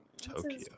tokyo